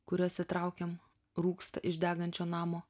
kuriuos įtraukiam rūksta iš degančio namo